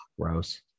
gross